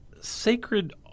Sacred